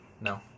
No